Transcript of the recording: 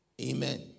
Amen